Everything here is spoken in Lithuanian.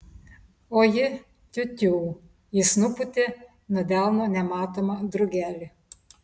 o ji tiu tiū jis nupūtė nuo delno nematomą drugelį